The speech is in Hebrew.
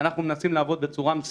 אני עושה לך מצ'יגנ אחר בנושא של הסעות.